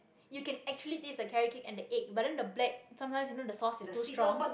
you can actually taste the carrot-cake and the egg but then the black sometimes you know the sauce is too strong